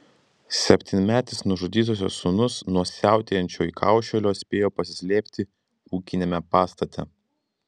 septynmetis nužudytosios sūnus nuo siautėjančio įkaušėlio spėjo pasislėpti ūkiniame pastate